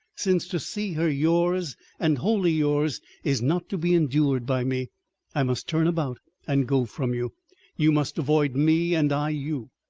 since to see her yours and wholly yours is not to be endured by me i must turn about and go from you you must avoid me and i you.